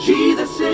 Jesus